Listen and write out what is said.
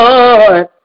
Lord